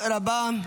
תודה רבה.